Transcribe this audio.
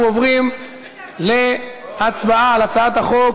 הצעת החוק